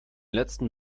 letzten